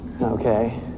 okay